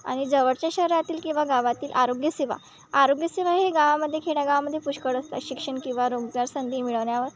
आणि जवळच्या शहरातील किंवा गावातील आरोग्यसेवा आरोग्यसेवा हे गावामध्ये खेड्यागावामध्ये पुष्कळ असतात शिक्षण किंवा रोजगार संधी मिळवण्यावर